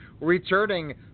returning